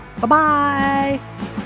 Bye-bye